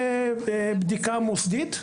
עושה בדיקה מוסדית.